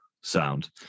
sound